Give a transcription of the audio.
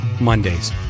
Mondays